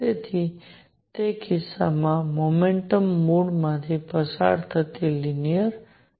તેથી તે કિસ્સામાં મોમેન્ટમ મૂળ માંથી પસાર થતી લિનિયર હશે